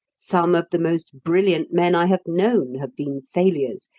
some of the most brilliant men i have known have been failures,